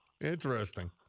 Interesting